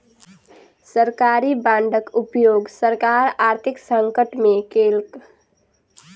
सरकारी बांडक उपयोग सरकार आर्थिक संकट में केलक